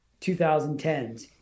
2010s